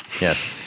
Yes